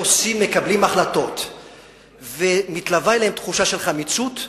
שמקבלים החלטות ומתלווה להן תחושה של חמיצות,